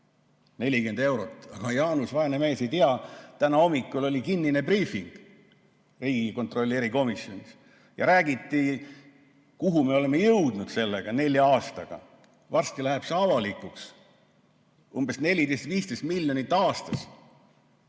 40 eurot. Aga Jaanus, vaene mees, ei tea, et täna hommikul oli kinnine briifing riigieelarve kontrolli erikomisjonis ja räägiti, kuhu me oleme jõudnud nelja aastaga. Varsti läheb see avalikuks. Umbes 14–15 miljonit aastas.